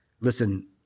listen